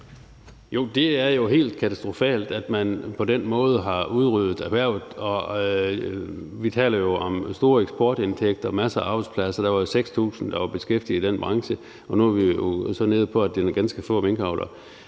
Jo, det er jo helt katastrofalt, at man på den måde har udryddet erhvervet. Vi taler jo om store eksportindtægter og masser af arbejdspladser. Der var jo 6.000 beskæftigede i den branche, og nu er vi så nede på, at det er nogle ganske få minkavlere.